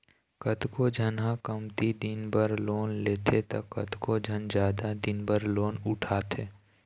कतको झन ह कमती दिन बर लोन लेथे त कतको झन जादा दिन बर लोन उठाथे